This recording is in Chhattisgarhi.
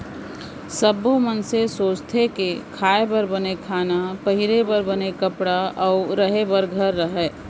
सब्बो मनसे सोचथें के खाए बर बने खाना, पहिरे बर बने कपड़ा अउ रहें बर घर रहय